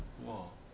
!wah!